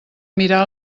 mirar